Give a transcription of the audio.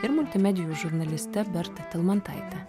ir multimedijų žurnaliste berta talmantaite